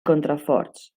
contraforts